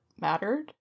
mattered